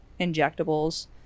injectables